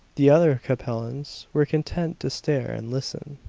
the other capellans were content to stare and listen.